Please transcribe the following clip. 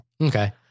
Okay